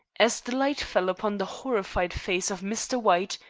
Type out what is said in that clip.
as the light fell upon the horrified face of mr. white,